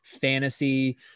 fantasy